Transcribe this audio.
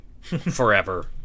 forever